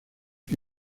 que